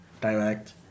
direct